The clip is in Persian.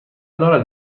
دارد